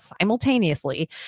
simultaneously